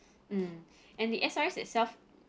mm and the S_R_S itself